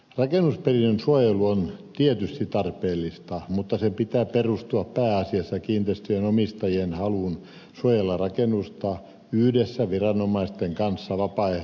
rakennusperinnön suojelu on tietysti tarpeellista mutta sen pitää perustua pääasiassa kiinteistöjen omistajien haluun suojella rakennusta yhdessä viranomaisten kanssa vapaaehtoisesti